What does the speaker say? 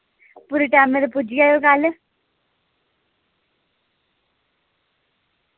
पूरे टैमे दे पुज्जी जायो कल